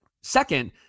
second